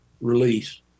release